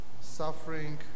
suffering